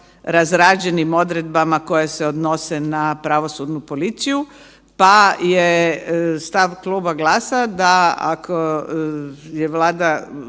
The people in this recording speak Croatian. razrađenim odredbama koje se odnose na pravosudnu policiju, pa je stav Kluba GLAS-a da ako je Vlada,